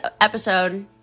episode